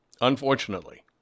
unfortunately